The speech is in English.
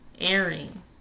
airing